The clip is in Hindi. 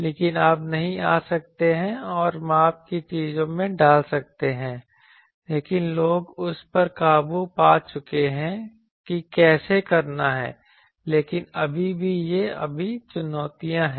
लेकिन आप नहीं आ सकते हैं और माप की चीजों में डाल सकते हैं लेकिन लोग उस पर काबू पा चुके हैं की कैसे करना है लेकिन अभी भी ये सभी चुनौतियां हैं